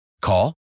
Call